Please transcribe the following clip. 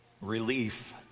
relief